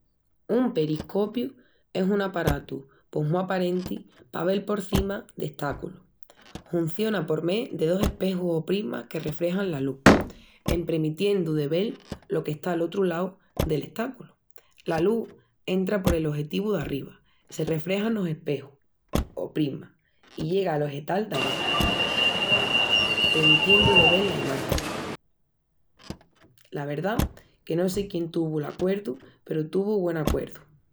Un periscopiu es un aparatu pos mu aparenti pa vel porcima d'estáculus. Hunciona por mé de dos espejus o prismas que refrexan la lús, en premitiendu de vel lo qu'está al otru lau del estáculu. La lús entra pol ojetivu d'arriba, se refrexa enos espejus o prismas i llega al ojetal d'abaxu, premitiendu de vel la imagin. La verdá que no sé quién tuvu l'acuerdu peru tuvu güen acuerdu!